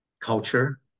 culture